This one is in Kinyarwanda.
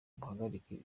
buhagarike